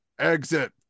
exit